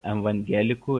evangelikų